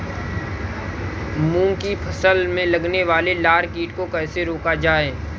मूंग की फसल में लगने वाले लार कीट को कैसे रोका जाए?